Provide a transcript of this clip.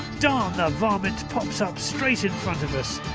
darn the varmint pops up straight in front of us.